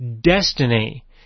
destiny